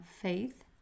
faith